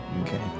Okay